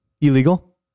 illegal